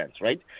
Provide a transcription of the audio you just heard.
right